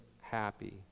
happy